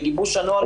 בגיבוש הנוהל הזה,